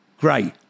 great